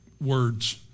words